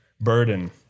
burden